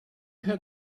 had